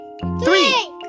three